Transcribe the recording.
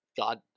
God